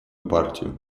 партию